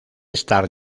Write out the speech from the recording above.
estar